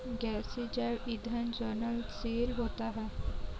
गैसीय जैव ईंधन ज्वलनशील होता है